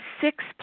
six